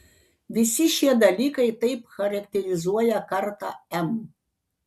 visi šie dalykai taip charakterizuoja kartą m